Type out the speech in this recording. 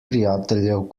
prijateljev